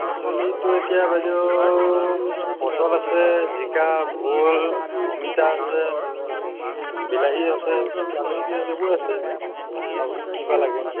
পাচলিটো এতিয়া বাইদেউ পটল আছে জিকা ভোল অমিতা আছে বিলাহী আছে আলু পিঁয়াজ সেইবোৰ আছে আপোনাক কি বা লাগে